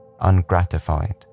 Ungratified